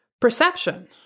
perception